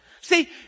See